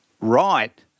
Right